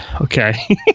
Okay